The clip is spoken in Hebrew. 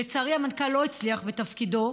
לצערי המנכ"ל לא הצליח בתפקידו,